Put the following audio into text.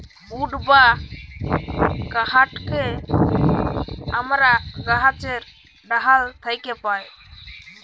would বা কাহাঠকে আমরা গাহাছের ডাহাল থ্যাকে পাই